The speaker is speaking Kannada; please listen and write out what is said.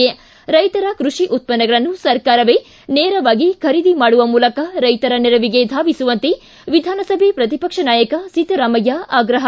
ಿ ರೈತರ ಕೃಷಿ ಉತ್ಪನ್ನಗಳನ್ನು ಸರ್ಕಾರವೇ ನೇರವಾಗಿ ಖರೀದಿ ಮಾಡುವ ಮೂಲಕ ರೈತರ ನೆರವಿಗೆ ಧಾವಿಸುವಂತೆ ವಿಧಾನಸಭೆ ಪ್ರತಿಪಕ್ಷ ನಾಯಕ ಸಿದ್ದರಾಮಯ್ಯ ಆಗ್ರಹ